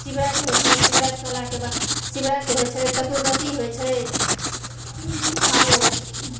शिवराति होइ छै शिवराति भेलाके बाद शिवराति होइ छै चतुर्दशी होइ छै आरो इम्हर